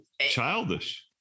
Childish